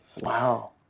Wow